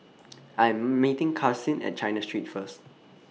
I 'm meeting Karsyn At China Street First